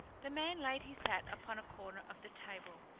the man laid his hat upon a corner of the table.